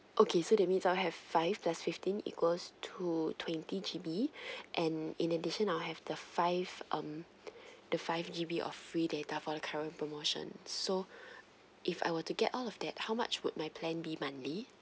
okay so that means I have five plus fifteen equals to twenty G_B and in addition I'll have the five um the five G_B of free data for the current promotion so if I were to get all of that how much would my plan be monthly